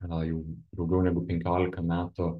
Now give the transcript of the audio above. gal jau daugiau negu penkiolika metų